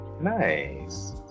Nice